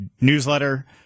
newsletter